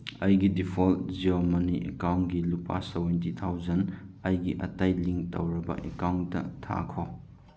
ꯑꯩꯒꯤ default Jio ꯃꯅꯤ ꯑꯦꯛꯀꯥꯎꯟꯒꯤ ꯂꯨꯄꯥ ꯁꯕꯦꯅꯇꯤ ꯊꯥꯎꯖꯟ ꯑꯩꯒꯤ ꯑꯇꯩ ꯂꯤꯡ ꯇꯧꯔꯕ ꯑꯦꯛꯀꯥꯎꯅꯇ ꯊꯥꯈꯣ